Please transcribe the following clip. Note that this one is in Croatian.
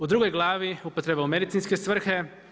U drugoj glavi upotreba u medicinske svrhe.